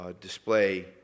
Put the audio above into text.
display